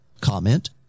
comment